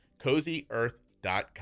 CozyEarth.com